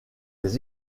les